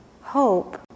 hope